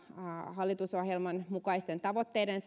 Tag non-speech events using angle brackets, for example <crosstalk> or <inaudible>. hallitusohjelman mukaisten tavoitteiden <unintelligible>